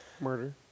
Murder